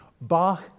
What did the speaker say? Bach